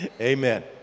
Amen